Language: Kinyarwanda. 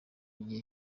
gihe